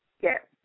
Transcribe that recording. yes